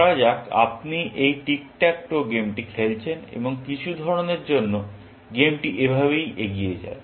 ধরা যাক আপনি এই টিক ট্যাক টো গেমটি খেলছেন এবং কিছু কারণের জন্য গেমটি এভাবেই এগিয়ে যায়